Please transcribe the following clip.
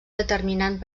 determinant